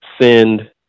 send